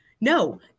no